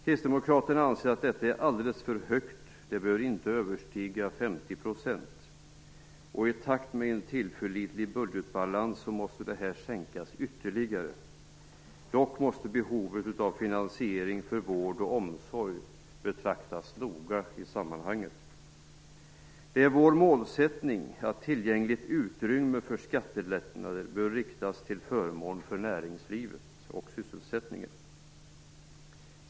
Kristdemokraterna anser att detta är alldeles för högt. Det bör inte överstiga 50 %, och i takt med en tillförlitlig budgetbalans måste det sänkas ytterligare. Dock måste behovet av finansiering av vård och omsorg noga beaktas i sammanhanget. Det är vår målsättning att tillgängligt utrymme för skattelättnader bör riktas till förmån för näringslivet och sysselsättningen.